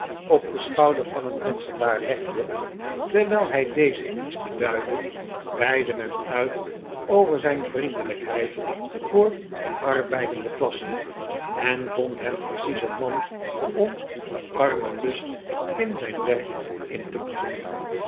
op den schouder van een metselaar legde terwijl hij dezen iets beduidde weidde men uit over zijn vriendelijkheid voor de arbeidende klasse en vond hem precies een man om den arme lust in zijn werk in te boezemen